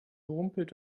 rumpelt